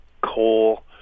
coal